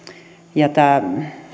tämä